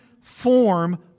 form